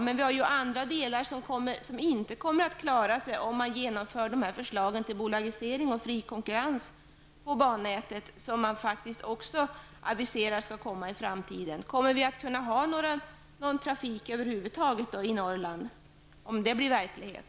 Det finns andra som inte kommer att klara sig om man genomför förslaget på bolagisering och fri konkurrens på bannätet, som man faktiskt också aviserat för framtiden. Kommer vi att kunna ha någon trafik över huvud taget i Norrland om det blir verklighet?